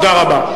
תודה רבה.